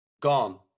gone